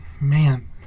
man